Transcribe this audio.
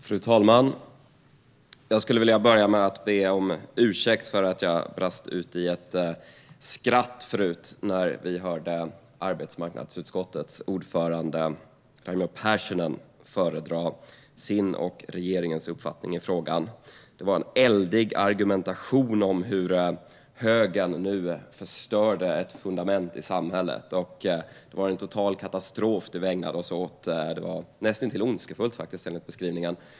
Fru talman! Jag skulle vilja börja med att be om ursäkt för att jag brast ut i ett skratt när vi hörde arbetsmarknadsutskottets ordförande Raimo Pärssinen föredra sin och regeringens uppfattning i frågan. Det var en eldig argumentation om hur högern nu förstörde ett fundament i samhället. Vi ägnade oss åt en total katastrof. Det var näst intill ondskefullt enligt beskrivningen.